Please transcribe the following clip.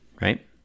right